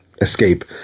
escape